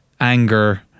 anger